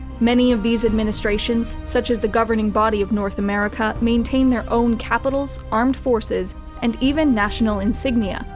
many of these administrations, such as the governing body of north america maintain their own capitals, armed forces and even national insignia,